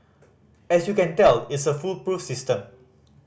as you can tell it's a foolproof system